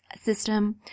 system